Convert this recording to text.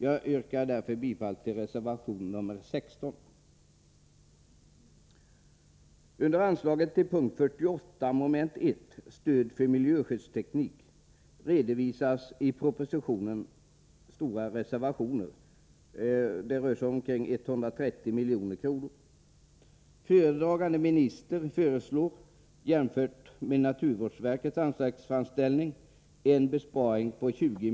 Jag yrkar därför bifall till reservation nr 16. Under anslaget till Stöd till miljöskyddsteknik, m.m., under punkt 48, moment 1 redovisas i propositionen stora reservationer — det rör sig om ca 130 milj.kr. Föredragande minister föreslår en besparing på 20 miljoner jämfört med naturvårdsverkets anslagsframställning.